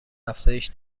افزایش